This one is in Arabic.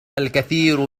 الكثير